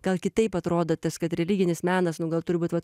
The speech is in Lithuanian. gal kitaip atrodo tas kad religinis menas nu gal turi būt vat